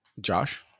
Josh